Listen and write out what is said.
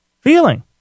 feeling